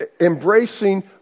embracing